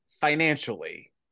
financially